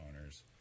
owners